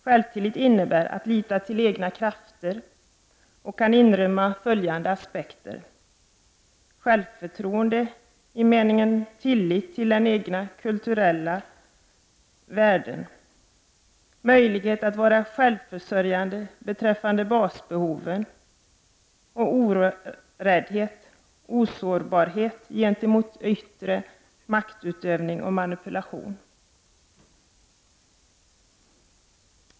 Självtillit innebär att ”lita till egna krafter” och kan inrymma följande aspekter: självförtroende, i meningen tillit till egna kulturella värden, möjlighet att vara självförsörjande beträffande basbehoven och oräddhet-osårbarhet gentemot yttre maktutövning och manipulation.